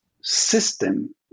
system